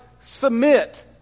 submit